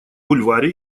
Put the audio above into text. бульваре